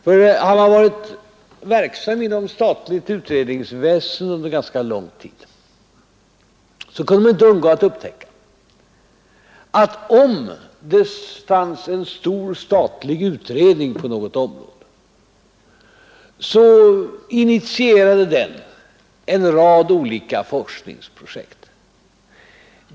Har man under lång tid varit verksam inom statligt utredningsväsende har man inte kunnat undgå att upptäcka att om det finns en stor statlig utredning på något område så initierar den en rad olika forskningsprojekt.